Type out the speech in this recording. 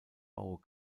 baue